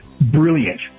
Brilliant